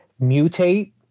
mutate